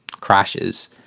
crashes